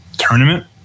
tournament